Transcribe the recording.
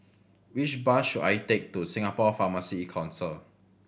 which bus should I take to Singapore Pharmacy Council